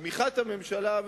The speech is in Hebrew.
בתמיכת הממשלה,